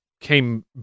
came